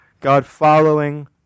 God-following